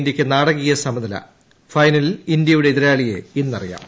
ഇന്ത്യയ്ക്ക് നാടകീയ സമനില ഫൈനലിൽ ഇന്ത്യയുടെ എതിരാളിയെ ഇന്ന് അറിയാം